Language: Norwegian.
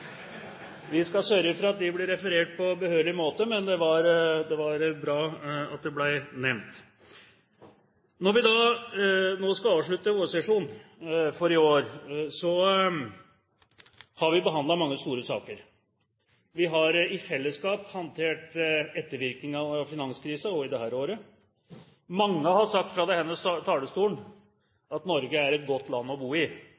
Vi skal sørge for at de blir referert på behørig måte, men det er bra at det ble nevnt. Vi skal nå avslutte vårsesjonen for i år, og vi har behandlet mange store saker. Vi har i fellesskap håndtert ettervirkninger av finanskrisen også i dette året. Mange har sagt fra denne talerstolen at Norge er et godt land å bo i.